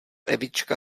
evička